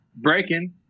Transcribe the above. Breaking